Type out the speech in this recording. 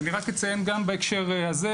ואני רק אציין גם בהקשר הזה,